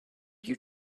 you